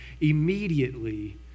immediately